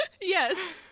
Yes